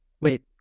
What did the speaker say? Wait